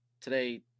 Today